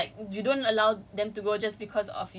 it's a whole batch that is that is